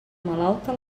malalta